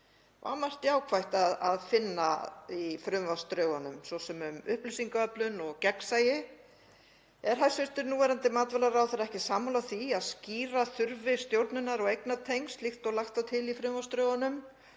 var margt jákvætt að finna í frumvarpsdrögunum, svo sem um upplýsingaöflun og gegnsæi. Er hæstv. núverandi matvælaráðherra ekki sammála því að skýra þurfi stjórnunar- og eignatengsl, líkt og lagt var til í frumvarpsdrögunum,